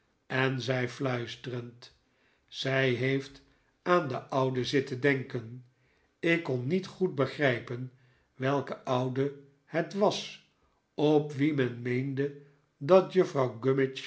en zei fluisterend zij heeft aan den oude zitten denken ik kon niet goed begrijpen welke oude het was op wien men meende dat juffrouw